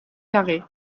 carrée